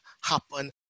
happen